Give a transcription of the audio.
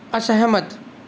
असैह्मत